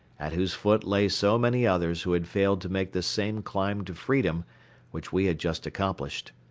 at whose foot lay so many others who had failed to make this same climb to freedom which we had just accomplished.